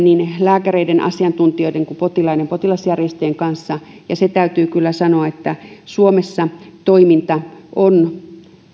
niin lääkäreiden asiantuntijoiden kuin potilasjärjestöjen kanssa se täytyy kyllä sanoa että suomessa toiminta on